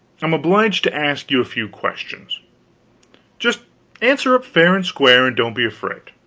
i'm obliged to ask you a few questions just answer up fair and square, and don't be afraid.